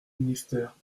ministère